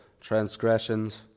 transgressions